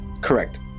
Correct